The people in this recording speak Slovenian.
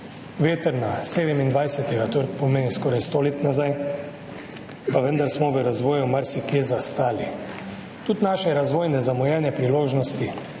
vetrna 1927, to pomeni skoraj 100 let nazaj. Pa vendar smo v razvoju marsikje zastali. Tudi naše razvojne zamujene priložnosti,